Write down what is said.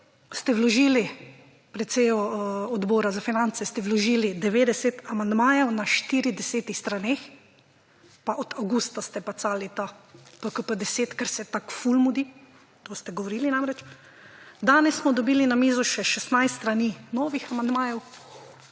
ste vložili, pred sejo Odbora za finance ste vložili 90 amandmajev na 40 straneh, pa od avgusta ste pacali ta PKP10, ker se tako ful mudi. To ste govorili namreč. Danes smo dobili na mizo še 16 strani novih amandmajev,